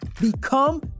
Become